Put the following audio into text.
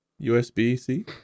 USB-C